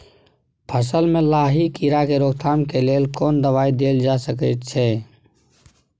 फसल में लाही कीरा के रोकथाम के लेल कोन दवाई देल जा सके छै?